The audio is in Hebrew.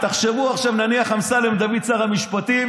תחשבו עכשיו נניח דוד אמסלם שר המשפטים